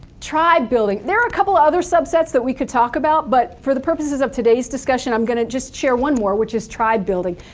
tribe building there are a couple of other subsets that we could talk about, but for the purposes of today's discussion, i'm going to just share one more, which is, tribe building.